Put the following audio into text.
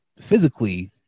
physically